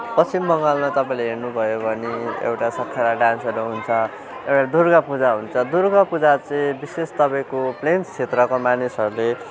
पश्चिम बङ्गालमा तपाईँले हेर्नुभयो भने एउटा सतारा डान्सहरू हुन्छ एउटा दुर्गा पूजा हुन्छ दुर्गा पूजा चाहिँ विशेष तपाईँको प्लेन्स क्षेत्रका मानिसहरूले